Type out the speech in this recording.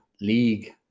League